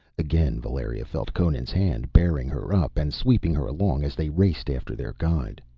again valeria felt conan's hand bearing her up and sweeping her along as they raced after their guide.